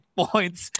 points